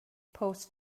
post